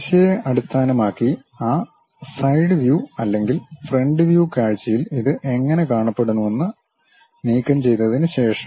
ദിശയെ അടിസ്ഥാനമാക്കി ആ സൈഡ് വ്യൂ അല്ലെങ്കിൽ ഫ്രണ്ട് വ്യൂ കാഴ്ചയിൽ ഇത് എങ്ങനെ കാണപ്പെടുന്നുവെന്ന് നീക്കംചെയ്തതിനുശേഷം